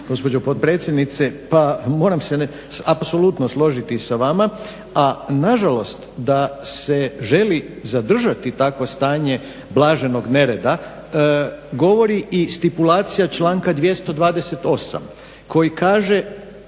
gospođo potpredsjednice. Pa moram apsolutno složiti sa vama. A nažalost da se želi zadržati takvo stanje blaženog nereda govori i stipulacija članka 228.koji kaže